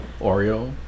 Oreo